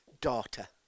daughter